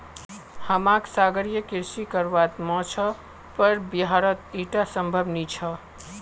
हमाक सागरीय कृषि करवार मन छ पर बिहारत ईटा संभव नी छ